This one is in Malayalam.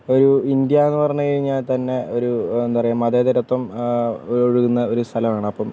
ഒരു ഇന്ത്യ എന്ന് പറഞ്ഞ് കഴിഞ്ഞാൽ തന്നെ ഒരു എന്താ പറയുക മതേതരത്വം ഒഴുകുന്ന ഒരു സ്ഥലം ആണ് അപ്പം